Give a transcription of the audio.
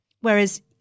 whereas